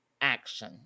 action